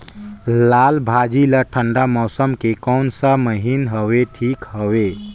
लालभाजी ला ठंडा मौसम के कोन सा महीन हवे ठीक हवे?